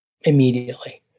immediately